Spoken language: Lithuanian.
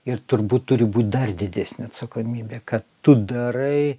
ir turbūt turi būt dar didesnė atsakomybė kad tu darai